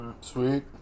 Sweet